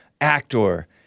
actor